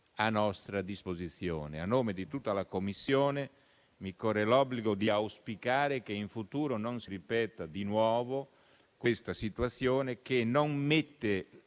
a nostra disposizione. A nome di tutta la Commissione, mi corre l'obbligo di auspicare che in futuro non si ripeta di nuovo questa situazione, che non mette